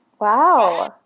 Wow